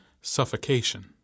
suffocation